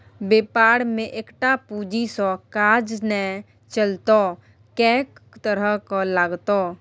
बेपार मे एकटा पूंजी सँ काज नै चलतौ कैक तरहक लागतौ